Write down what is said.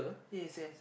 yes yes